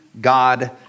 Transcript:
God